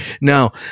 Now